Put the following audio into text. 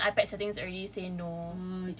ya her own iPad settings already say no